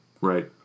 Right